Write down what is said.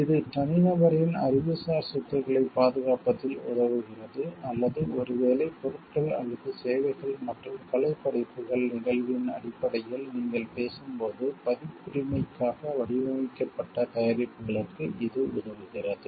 இது தனிநபரின் அறிவுசார் சொத்துக்களைப் பாதுகாப்பதில் உதவுகிறது அல்லது ஒருவேளை பொருட்கள் அல்லது சேவைகள் மற்றும் கலைப் படைப்புகள் நிகழ்வின் அடிப்படையில் நீங்கள் பேசும்போது பதிப்புரிமைக்காக வடிவமைக்கப்பட்ட தயாரிப்புகளுக்கு இது உதவுகிறது